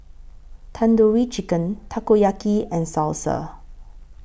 Tandoori Chicken Takoyaki and Salsa